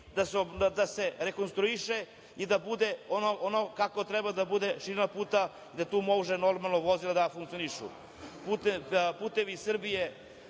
da se rekonstruiše i da bude onako kako treba da bude širina puta da tu može normalno vozila da funkcionišu? Dakle,